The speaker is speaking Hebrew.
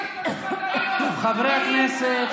חברי הכנסת.